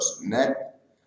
net